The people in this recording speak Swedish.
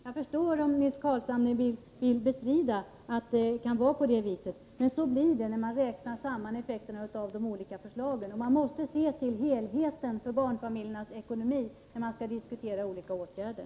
Jag förstår om Nils Carlshamre vill bestrida att det är på det viset, men så blir det när man räknar samman effekterna av de olika förslagen. Man måste se till helheten när det gäller barnfamiljernas ekonomi när man skall diskutera olika åtgärder.